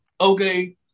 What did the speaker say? okay